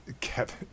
Kevin